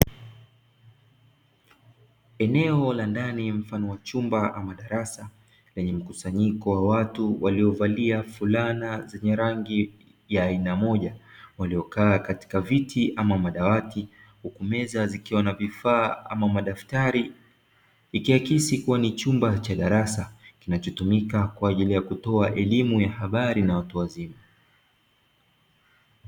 Eneo la ndani mfano wa chumba ama darasa, lenye mkusanyiko wa watu waliovalia fulani zenye rangi ya aina moja. Waliokaa katika viti ama madawati huku meza zikiwa na vifaa ama madaftari. Ikiakisi kuwa ni chumba cha darasa kinachotumika kwa ajili ya kutoa elimu ya habari na watu wazima.